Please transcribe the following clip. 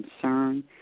concern